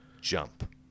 jump